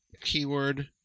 Keyword